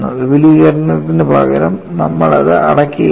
വിപുലീകരിക്കുന്നതിനുപകരം നമ്മൾ അത് അടയ്ക്കുകയാണ്